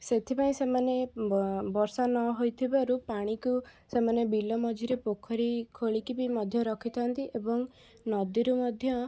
ସେଥିପାଇଁ ସେମାନେ ବ ବର୍ଷା ନହୋଇଥିବାରୁ ପାଣିକୁ ସେମାନେ ବିଲ ମଝିରେ ପୋଖରୀ ଖୋଳିକି ବି ମଧ୍ୟ ରଖିଥାଆନ୍ତି ଏବଂ ନଦୀରୁ ମଧ୍ୟ